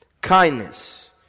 kindness